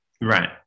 Right